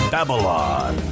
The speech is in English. Babylon